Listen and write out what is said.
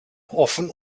offen